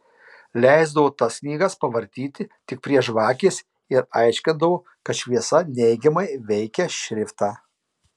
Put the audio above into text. leisdavo tas knygas pavartyti tik prie žvakės ir aiškindavo kad šviesa neigiamai veikia šriftą